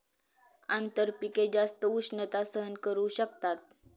आंतरपिके जास्त उष्णता सहन करू शकतात